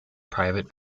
private